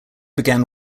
began